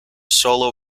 solo